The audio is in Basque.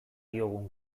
diogun